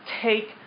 take